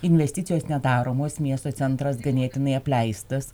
investicijos nedaromos miesto centras ganėtinai apleistas